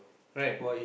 right